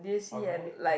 alright